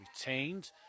retained